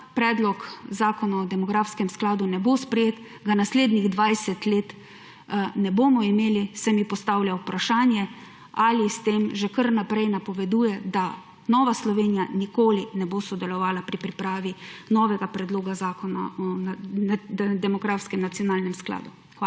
predlog zakona o demografskem skladu ne bo sprejet, ga naslednjih 20 let ne bomo imeli, se mi postavlja vprašanje, ali s tem že kar v naprej napoveduje, da Nova Slovenija nikoli ne bo sodelovala pri pripravi novega predloga zakona o demografsko nacionalnem skladu. Hvala.